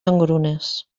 engrunes